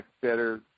better